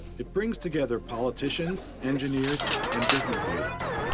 it brings together politicians, engineers, and business leaders,